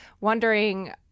wondering